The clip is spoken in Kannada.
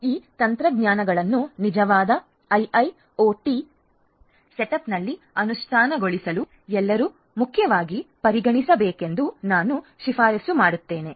ಈ ತಂತ್ರಜ್ಞಾನಗಳನ್ನು ನಿಜವಾದ ಐಐಒಟಿ ಸೆಟಪ್ನಲ್ಲಿ ಅನುಷ್ಠಾನಗೊಳಿಸಲು ಎಲ್ಲರೂ ಮುಖ್ಯವಾಗಿ ಪರಿಗಣಿಸಬೇಕೆಂದು ನಾನು ಶಿಫಾರಸು ಮಾಡುತ್ತೇನೆ